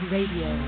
Radio